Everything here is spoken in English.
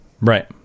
Right